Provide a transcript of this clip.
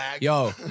yo